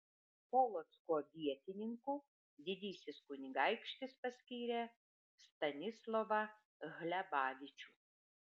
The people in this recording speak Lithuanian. polocko vietininku didysis kunigaikštis paskyrė stanislovą hlebavičių